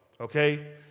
okay